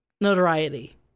notoriety